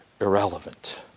irrelevant